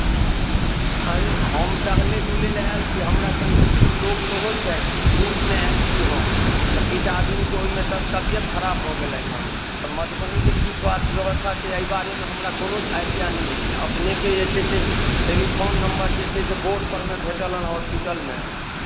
अरे हम टहलय बुलय लेल आयल छी हमरा सङ्गमे किछु लोक सेहो छथि ग्रुपमे आयल छी हम तऽ किछु आदमीके ओहिमे सँ तबियत खराब भऽ गेलनि हँ तऽ मधुबनीके की स्वास्थ्य व्यवस्था छै एहि बारेमे हमरा कोनो आइडिया नहि अछि अपनेके जे छै से टेलीफोन नम्बर जे छै से बोर्डपर मे भेटल हन हॉस्पिटलमे